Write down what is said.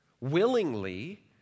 willingly